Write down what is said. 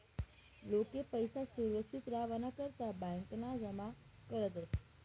लोके पैसा सुरक्षित रावाना करता ब्यांकमा जमा करतस